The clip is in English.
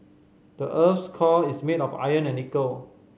the earth's core is made of iron and nickel